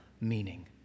meaning